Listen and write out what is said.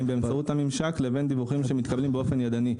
באמצעות הממשק לבין דיווחים שמתקבלים באופן ידני.